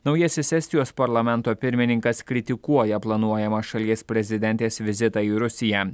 naujasis estijos parlamento pirmininkas kritikuoja planuojamą šalies prezidentės vizitą į rusiją